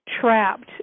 trapped